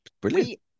Brilliant